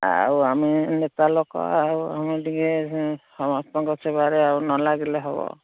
ଆଉ ଆମେ ନେତା ଲୋକ ଆଉ ଆମେ ଟିକେ ସମସ୍ତଙ୍କ ସେବାରେ ଆଉ ନ ଲାଗିଲେ ହବ